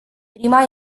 prima